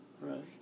right